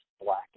black